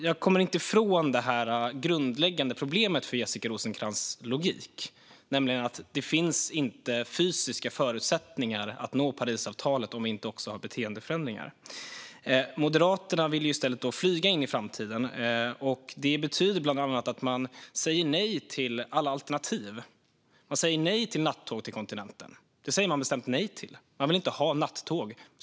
Jag kommer inte ifrån det grundläggande problemet för Jessica Rosencrantz logik, nämligen att det inte finns fysiska förutsättningar att nå målen i Parisavtalet om vi inte också har beteendeförändringar. Moderaterna vill i stället flyga in i framtiden. Detta betyder bland annat att man säger nej till alla alternativ. Man säger bestämt nej till nattåg till kontinenten. Man vill inte ha natttåg.